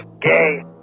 gay